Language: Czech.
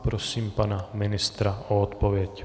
Prosím pana ministra o odpověď.